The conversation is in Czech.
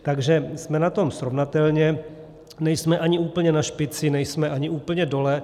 Takže jsme na tom srovnatelně, nejsme ani úplně na špici, nejsme ani úplně dole.